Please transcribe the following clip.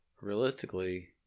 realistically